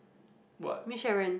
what